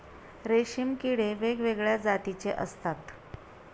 रेशीम किडे वेगवेगळ्या जातीचे असतात